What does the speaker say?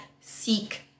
seek